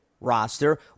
roster